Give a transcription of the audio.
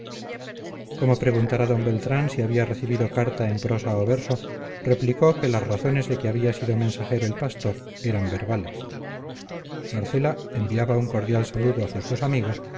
como preguntara d beltrán si había recibido carta en prosa o verso replicó que las razones de que había sido mensajero el pastor eran verbales marcela enviaba un cordial saludo a sus dos amigos